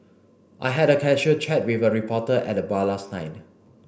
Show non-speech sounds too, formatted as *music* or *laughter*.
I had a casual chat *unintelligible* reporter at the bar last night